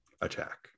attack